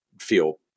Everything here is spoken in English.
feel